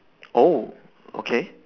oh okay